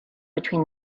between